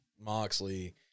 Moxley